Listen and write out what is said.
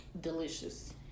delicious